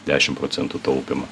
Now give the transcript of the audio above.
dešim procentų taupymą